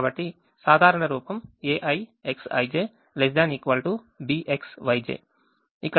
కాబట్టి సాధారణ రూపం aiXij ≤ BxYj